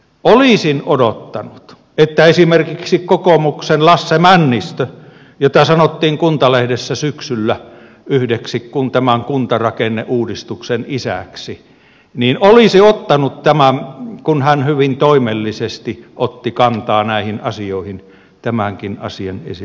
olisin odottanut että esimerkiksi kokoomuksen lasse männistö jota sanottiin kuntalehdessä syksyllä yhdeksi tämän kuntarakenneuudistuksen isäksi olisi ottanut tämänkin asian esille kun hän hyvin toimellisesti otti kantaa näihin asioihin tämänkin asian ensi